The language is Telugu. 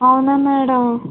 అవునా మేడం